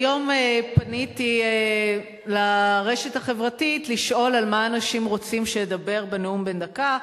היום פניתי לרשת החברתית לשאול על מה אנשים רוצים שאדבר בנאום בן דקה.